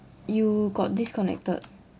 you got disconnected